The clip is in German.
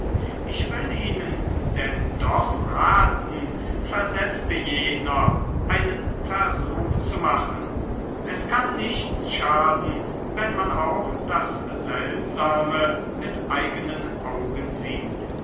ich will ihnen denn doch raten versetzte jener einen versuch zu machen es kann nichts schaden wenn man auch das seltsame mit eigenen augen sieht